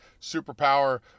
superpower